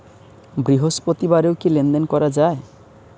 বৃহস্পতিবারেও কি লেনদেন করা যায়?